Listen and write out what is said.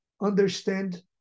understand